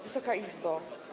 Wysoka Izbo!